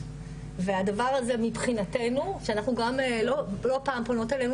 והדבר הזה מבחינתנו שאנחנו גם לא פעם פונות אלינו